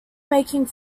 making